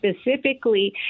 specifically